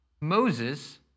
Moses